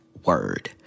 word